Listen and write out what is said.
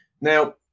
Now